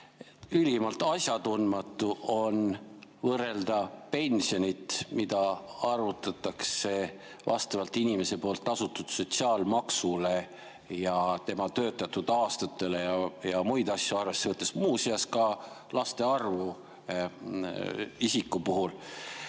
Ülimalt asjatundmatu on pensionit, mida arvutatakse vastavalt inimese tasutud sotsiaalmaksule ja tema töötatud aastatele ja muid asju arvesse võttes, muuseas ka laste arvu isiku puhul,